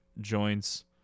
joints